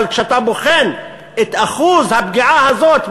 אבל כשאתה בוחן את אחוז הפגיעה הזאת,